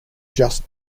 just